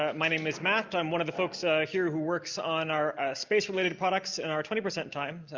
um my name is matt. i'm one of the folks here who works on our space related products in our twenty percent time,